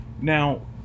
now